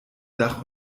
dach